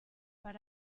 but